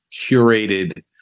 curated